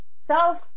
self